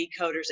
decoders